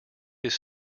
his